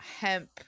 hemp